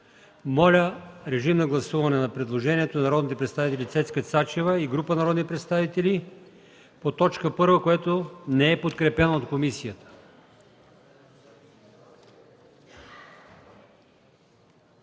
Моля, гласувайте предложението на народния представител Цецка Цачева и група народни представители по т. 1, което не е подкрепено от комисията.